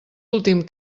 últim